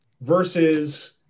versus